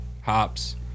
hops